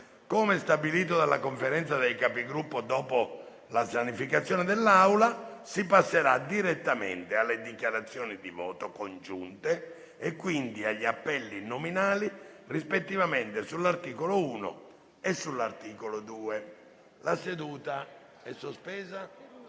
Come stabilito dalla Conferenza dei Capigruppo, dopo la sanificazione dell'Aula si passerà direttamente alle dichiarazioni di voto congiunte e quindi agli appelli nominali rispettivamente sull'articolo 1 e sull'articolo 2. Sospendo